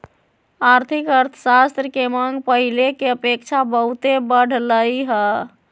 आर्थिक अर्थशास्त्र के मांग पहिले के अपेक्षा बहुते बढ़लइ ह